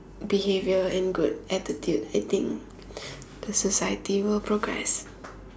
behaviour and good attitude I think the society will progress